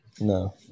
No